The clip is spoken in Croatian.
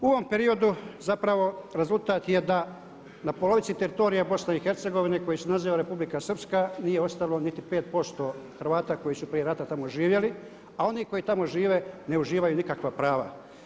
U ovom periodu zapravo rezultat je da na polovici teritorija Bosne i Hercegovine koji se naziva Republika Srpska nije ostalo niti 5% Hrvata koji su prije rata tamo živjeli, a oni koji tamo žive ne uživaju nikakva prava.